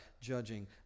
judging